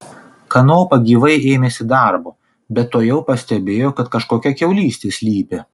kanopa gyvai ėmėsi darbo bet tuojau pastebėjo kad kažkokia kiaulystė slypi